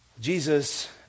Jesus